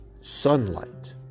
Sunlight